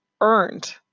earned